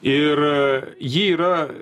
ir jį yra